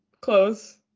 close